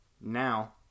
Now